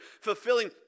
fulfilling